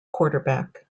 quarterback